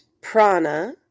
prana